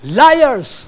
liars